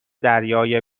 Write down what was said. دریای